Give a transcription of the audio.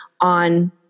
on